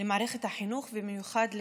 למערכת החינוך ובמיוחד לגנים.